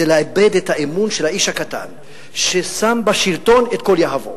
זה לאבד את האמון של האיש הקטן שמשליך על השלטון את כל יהבו,